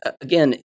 again